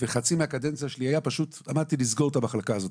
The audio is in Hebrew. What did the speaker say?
חצי מהקדנציה שלי פשוט עמדתי לסגור את המחלקה הזאת.